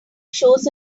shows